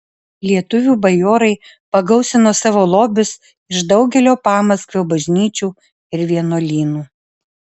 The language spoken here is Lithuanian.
lietuvių bajorai pagausino savo lobius iš daugelio pamaskvio bažnyčių ir vienuolynų